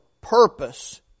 purpose